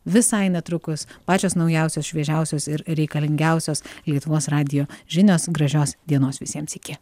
visai netrukus pačios naujausios šviežiausios ir reikalingiausios lietuvos radijo žinios gražios dienos visiems iki